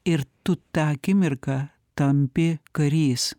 ir tu tą akimirką tampi karys